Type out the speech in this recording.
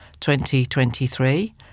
2023